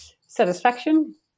satisfaction